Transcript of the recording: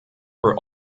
are